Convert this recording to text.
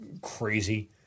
crazy